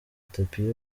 itapi